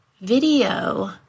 video